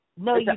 No